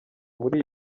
muri